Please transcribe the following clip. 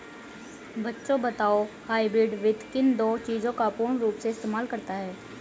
बच्चों बताओ हाइब्रिड वित्त किन दो चीजों का पूर्ण रूप से इस्तेमाल करता है?